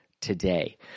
Today